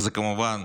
וזה כמובן